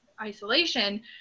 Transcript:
isolation